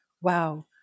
wow